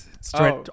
straight